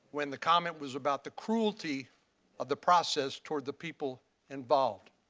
when the comment was about the cruelty of the process toward the people involved.